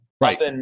Right